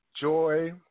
joy